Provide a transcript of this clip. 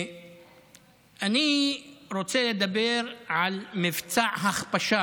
אני רוצה לדבר על מבצע הכפשה